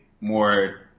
more